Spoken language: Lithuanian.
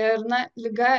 ir na liga